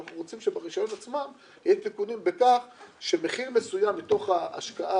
אנחנו רוצים שברישיון עצמו יהיו תיקונים בכך שמחיר מסוים מתוך ההשקעה